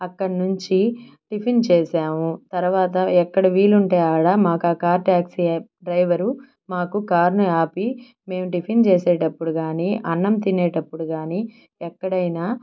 అక్కడి నుంచి టిఫిన్ చేసాము తర్వాత ఎక్కడ వీలు ఉంటే ఆడ మాకు ఆ కార్ ట్యాక్సీ డ్రైవరు మాకు ఆ కార్ను ఆపి మేం టిఫిన్ చేసేటప్పుడు కానీ అన్నం తినేటప్పుడు కానీ ఎక్కడైనా